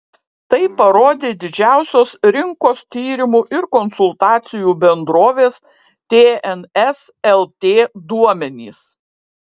tai parodė didžiausios rinkos tyrimų ir konsultacijų bendrovės tns lt duomenys